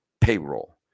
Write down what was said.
payroll